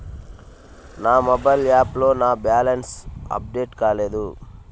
నా మొబైల్ యాప్లో నా బ్యాలెన్స్ అప్డేట్ కాలేదు